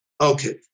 okay